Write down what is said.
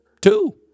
two